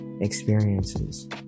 experiences